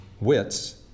wits